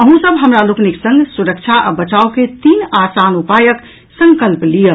अहूँ सब हमरा लोकनिक संग सुरक्षा आ बचावक तीन आसान उपायक संकल्प लियऽ